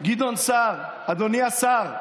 גדעון סער, אדוני השר,